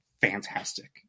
fantastic